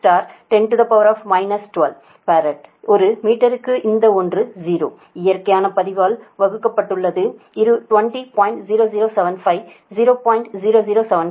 854 10ஃ 12 பாரட்ஒரு மீட்டருக்கு இந்த ஒன்று 0 இயற்கையான பதிவு ஆல் வகுக்கப்பட்டது ln 20